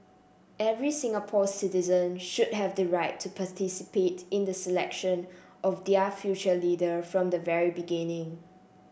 every Singapore citizen should have the right to participate in the selection of their future leader from the very beginning